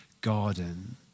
garden